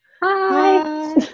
Hi